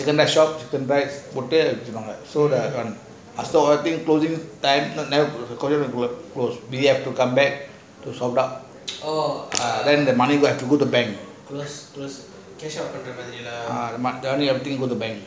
chicken rice போடு எடுத்துடுவாங்க:potu yeaduthuduvanga stall drink closing time close close we come back to stock up then the money go to the bank